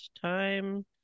time